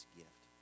gift